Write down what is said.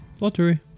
Lottery